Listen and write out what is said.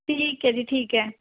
ਠੀਕ ਹੈ ਜੀ ਠੀਕ ਹੈ